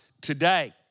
today